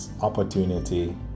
opportunity